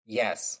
yes